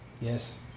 yes